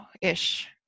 ish